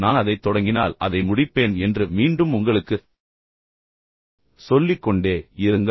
நான் அதைத் தொடங்கினால் அதை முடிப்பேன் என்று மீண்டும் மீண்டும் உங்களுக்குச் சொல்லிக்கொண்டே இருங்கள்